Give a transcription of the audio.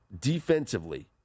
defensively